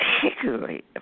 particularly